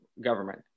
government